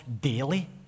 daily